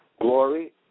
glory